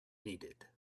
needed